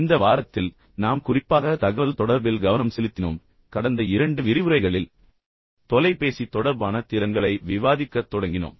இந்த வாரத்தில் நாங்கள் குறிப்பாக தகவல் தொடர்பில் கவனம் செலுத்தினோம் மற்றும் கடந்த இரண்டு விரிவுரைகளில் தொலைபேசி தொடர்பான திறன்களைப் பற்றி விவாதிக்கத் தொடங்கினோம்